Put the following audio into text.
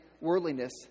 worldliness